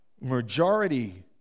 majority